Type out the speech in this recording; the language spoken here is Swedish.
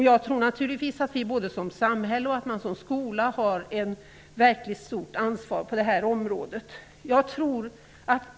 Jag tror naturligtvis att både samhället och skolan har ett verkligt stort ansvar på det här området.